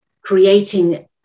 creating